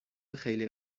خیلی